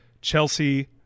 Chelsea